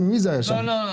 לא.